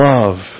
Love